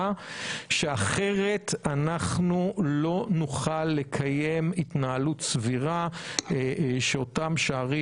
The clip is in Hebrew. כי אחרת אנחנו לא נוכל לקיים התנהלות סבירה שאותם עשים